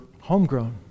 homegrown